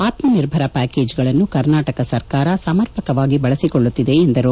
ಆತ್ಮನಿರ್ಭರ ಪ್ಯಾಕೇಜ್ಗಳನ್ನು ಕರ್ನಾಟಕ ಸರ್ಕಾರ ಸಮರ್ಪಕವಾಗಿ ಬಳಸಿಕೊಳ್ಳುತ್ತಿದೆ ಎಂದರು